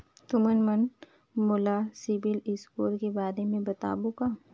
तुमन मन मोला सीबिल स्कोर के बारे म बताबो का?